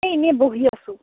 এই এনেই বহি আছোঁ